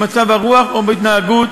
במצב הרוח או בהתנהגות,